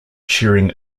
cheering